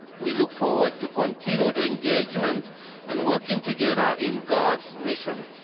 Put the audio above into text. we look forward to continued engagement and working together in god's mission.